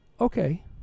okay